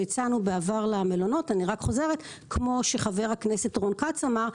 שהצענו בעבר למלונות ואני רק חוזרת: כמו שחבר הכנסת רון כץ אמר,